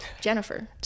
Jennifer